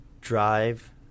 drive